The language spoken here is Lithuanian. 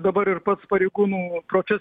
dabar ir pats pareigūnų procesinis